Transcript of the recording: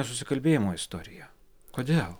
nesusikalbėjimo istoriją kodėl